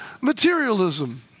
materialism